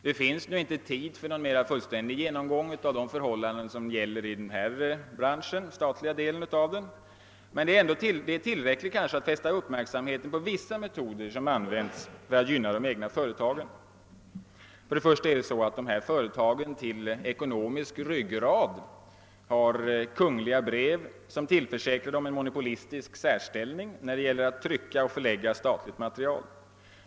Det finns nu inte tid för någon mera fullständig genomgång av de förhållanden som gäller för den statliga delen av denna bransch, men det är tillräckligt att fästa uppmärksamheten på vissa metoder som staten använder för att gynna de egna företagen. Dessa företag har till ryggrad kungliga brev som tillförsäkrar dem en monopolistisk särställning när det gäller att trycka och förlägga statligt material.